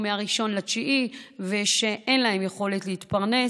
מ-1 בספטמבר ושאין להם יכולת להתפרנס,